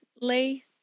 Lee